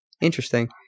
Interesting